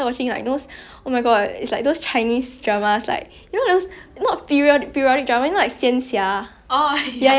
ya ya ya ya it's like because like I think the first time I watched was what sia the three miles of peach blossoms have you heard of that before